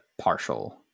partial